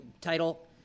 title